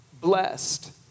blessed